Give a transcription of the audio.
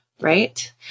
Right